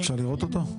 אפשר לראות אותו?